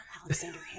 Alexander